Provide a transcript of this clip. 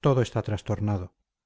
todo está trastornado